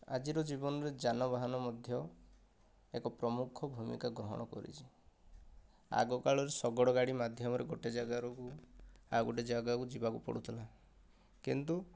ଆଜିର ଜୀବନରେ ଯାନବାହାନ ମଧ୍ୟ ଏକ ପ୍ରମୁଖ ଭୂମିକା ଗ୍ରହଣ କରିଛି ଆଗ କାଳରେ ଶଗଡ଼ ଗାଡ଼ି ମାଧ୍ୟମରେ ଗୋଟିଏ ଜାଗାରୁ ଆଉ ଗୋଟିଏ ଜାଗାକୁ ଯିବାକୁ ପଡ଼ୁଥିଲା କିନ୍ତୁ